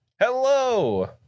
Hello